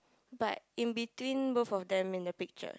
but in between both of them in the picture